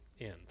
end